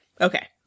Okay